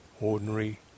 ordinary